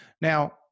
Now